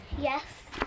Yes